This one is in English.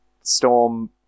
Storm